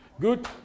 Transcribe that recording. Good